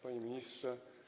Panie Ministrze!